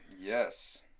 Yes